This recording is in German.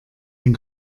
den